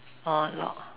orh log ah